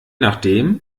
nachdem